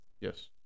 Yes